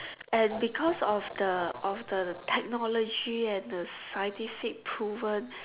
and because of the of the technology and the scientific proven